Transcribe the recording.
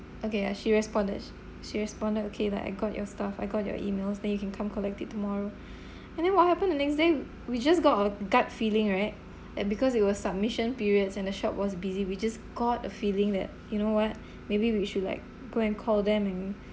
okay lah she responded sh~ she responded okay that I got your stuff I got your emails then you can come collect it tomorrow and then what happened the next day we just got a gut feeling right like because it was submission periods and the shop was busy we just got a feeling that you know what maybe we should like go and call them and